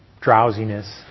drowsiness